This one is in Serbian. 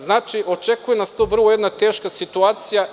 Znači, očekuje nas jedna vrlo teška situacija.